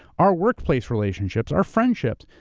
our workplace relationships, our friendships,